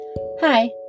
Hi